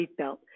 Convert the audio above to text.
seatbelt